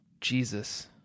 Jesus